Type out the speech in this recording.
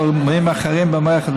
אלא גורמים אחרים במערכת.